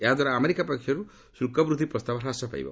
ଏହାଦ୍ୱାରା ଆମେରିକା ପକ୍ଷରୁ ଶୁଳ୍କ ବୃଦ୍ଧି ପ୍ରଭାବ ହ୍ରାସ ପାଇବ